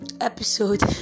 episode